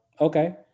Okay